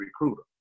recruiter